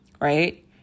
right